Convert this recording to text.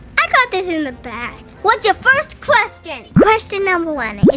i got this in the bag. what's your first question? question number one,